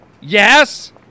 Yes